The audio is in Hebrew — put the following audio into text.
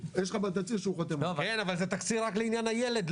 אבל זה תצהיר רק לעניין הילד,